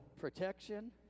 protection